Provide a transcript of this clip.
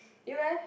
you eh